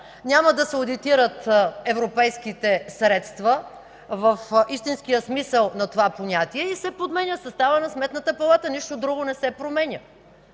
няма да се одитират европейските средства, в истинския смисъл на това понятие, и се подменя съставът на Сметната палата. Нищо друго не се променя.